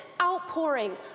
outpouring